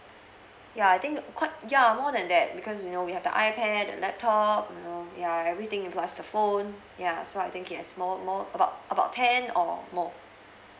ya I think quite ya more than that because you know we have the ipad the laptop you know ya everything if plus the phone ya so I think yes more more about about ten or more